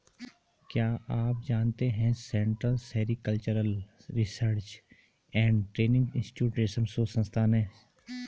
क्या आप जानते है central sericultural research and training institute रेशम शोध संस्थान है?